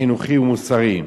חינוכי ומוסרי.